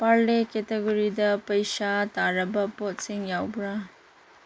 ꯄꯥꯔꯂꯦ ꯀꯦꯇꯦꯒꯣꯔꯤꯗ ꯄꯩꯁꯥ ꯇꯥꯔꯕ ꯄꯣꯠꯁꯤꯡ ꯌꯥꯎꯕ꯭ꯔꯥ